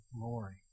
glory